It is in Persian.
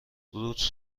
روت